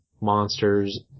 monsters